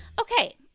Okay